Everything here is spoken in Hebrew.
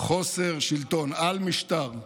חוסר שלטון, אל-משטר,